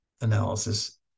analysis